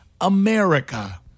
america